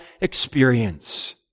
experience